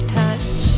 touch